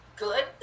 good